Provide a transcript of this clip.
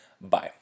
Bye